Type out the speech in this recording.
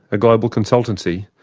a global consultancy,